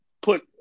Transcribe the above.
put